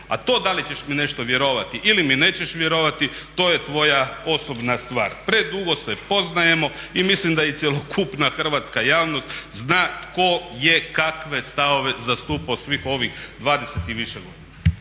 A to da li ćeš mi nešto vjerovati ili mi nećeš vjerovati, to je tvoja osobna stvar. Predugo se poznajemo i mislim da i cjelokupna hrvatska javnost zna tko je kakve stavove zastupao svih ovih 20 i više godina.